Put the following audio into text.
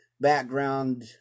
background